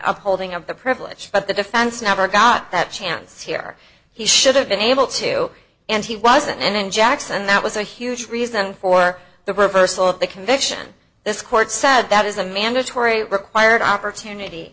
upholding of the privilege but the defense never got that chance here he should have been able to and he wasn't in jax and that was a huge reason for the reversal of the conviction this court said that is a mandatory required opportunity